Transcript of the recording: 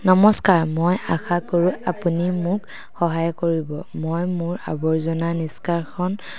নমস্কাৰ মই আশা কৰোঁ আপুনি মোক সহায় কৰিব মই মোৰ আৱৰ্জনা নিষ্কাশন